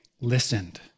listened